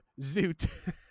Zoot